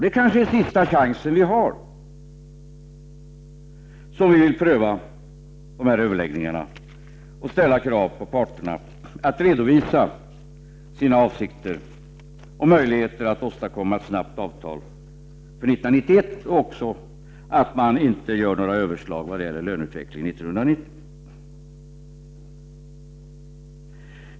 Det är kanske den sista chans som vi har att pröva den i de här överläggningarna och ställa krav på parterna att redovisa sina avsikter och möjligheterna att snabbt åstadkomma avtal för 1991 och även att inte göra några överslag vad gäller löneutvecklingen 1990.